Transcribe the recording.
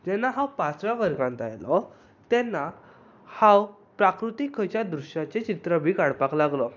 जेन्ना हांव पांचव्या वर्गांत आहलो तेन्ना हांव प्राकृती खंयच्याय दृश्याचीय चित्रां काडपाक लागलो